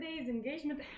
engagement